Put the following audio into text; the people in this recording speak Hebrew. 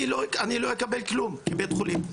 אני לא אקבל כלום לבית החולים.